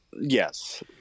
yes